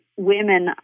women